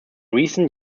recent